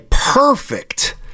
Perfect